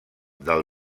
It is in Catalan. del